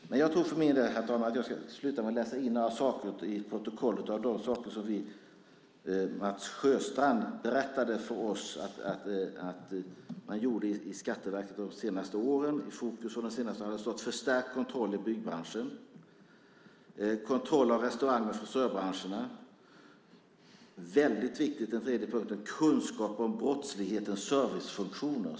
Herr talman! Jag vill sluta med att läsa upp några saker som Mats Sjöstrand berättade för oss att Skatteverket gjort de senaste åren. I fokus de senaste åren har varit förstärkt kontroll i byggbranschen, kontroll av restaurang och frisörbranscherna och - en väldigt viktig tredje punkt - kunskap om brottslighetens servicefunktioner.